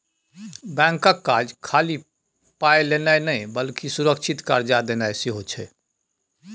बैंकक काज खाली पाय लेनाय नहि बल्कि सुरक्षित कर्जा देनाय सेहो छै